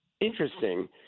interesting